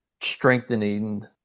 strengthening